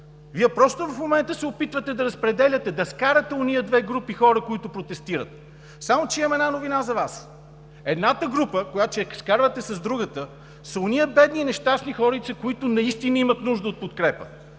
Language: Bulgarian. Вие просто в момента се опитвате да разпределяте, да скарате онези две групи хора, които протестират. Само че имам една новина за Вас – едната група, която ще скарвате с другата, са онези бедни, нещастни хорица, които наистина имат нужда от подкрепа.